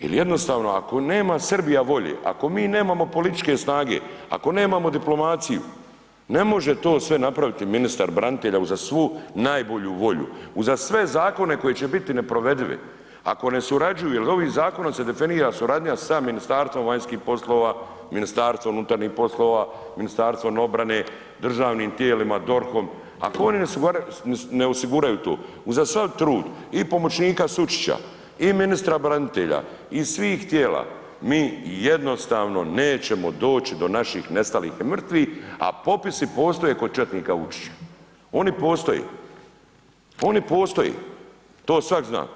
Jer jednostavno ako nema Srbija volje, ako mi nemamo političke snage, ako nemamo diplomaciju, ne može to sve napraviti ministar branitelja uza svu najbolju volju, uza sve zakone koji će biti neprovedivi, ako ne surađuje, jer ovim zakonom se definira suradnja sa Ministarstvom vanjskih poslova, MUP-om, Ministarstvom obrane, državnim tijelima, DORH-om, ako oni ne osiguraju to uza sav trud i pomoćnika Sučića i ministra branitelja i svih tijela mi jednostavno nećemo doći do naših nestalih i mrtvih, a popisi postoje kod četnika Vučića, oni postoje, oni postoje, to svak zna.